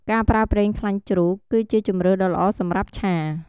ការប្រើប្រេងខ្លាញ់ជ្រូក គឺជាជម្រើសដ៏ល្អសម្រាប់ឆា។